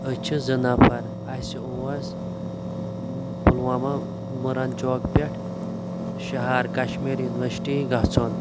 أسۍ چھِ زٕ نَفَر اَسہِ اوس پُلواما مُورَن چوکہٕ پٮ۪ٹھ شَہر کَشمیٖر یونیوَرسِٹی گَژھُن